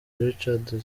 richard